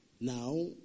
Now